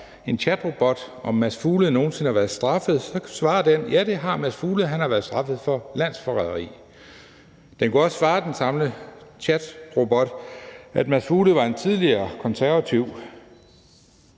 en chatrobot, om Mads Fuglede nogen sinde har været straffet, så svarer den: Ja, det har Mads Fuglede, han har været straffet for landsforræderi. Den samme chatrobot kunne også svare, at Mads Fuglede var en tidligere konservativ